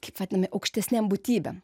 kaip vadinami aukštesnėm būtybėm